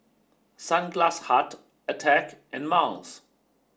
Sunglass Hut Attack and Miles